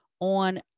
on